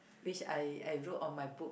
which I I wrote on my book